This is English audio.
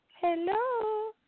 hello